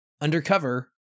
undercover